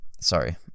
sorry